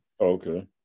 okay